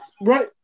right